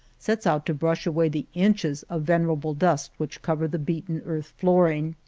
sets out to brush away the inches of venerable dust which cover the beaten earth flooring.